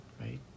right